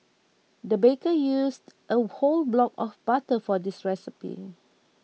the baker used a whole block of butter for this recipe